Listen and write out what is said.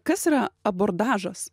kas yra abordažas